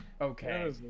okay